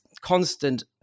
constant